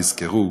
יזכרו,